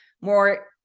more